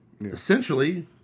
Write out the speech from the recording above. essentially